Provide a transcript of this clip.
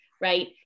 right